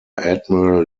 admiral